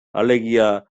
alegia